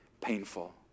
painful